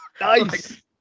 nice